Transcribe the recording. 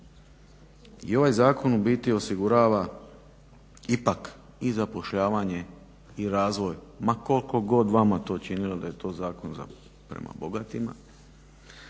i ovaj zakon u biti osigurava ipak i zapošljavanje i razvoj ma koliko god vama to činilo da je to zakon prema bogatima,